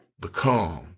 become